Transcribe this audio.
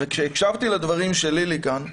כשהקשבתי לדברים של לילי שאמרה כאן,